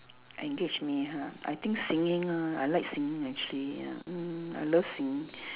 engage me ha I think singing ah I like singing actually ya mm I love singing